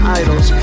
idols